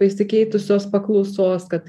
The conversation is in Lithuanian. pasikeitusios paklausos kad